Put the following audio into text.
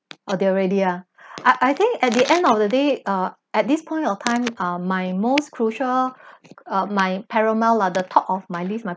oh they are already ah I I think at the end of the day uh at this point of time ah my most crucial uh my paramount lah the top of my list my